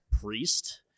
priest